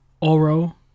Oro